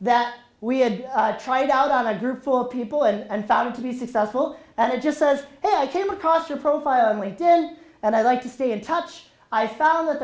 that we had tried out on a group for people and found to be successful and it just says hey i came across your profile and we did and and i like to stay in touch i found that the